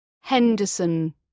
henderson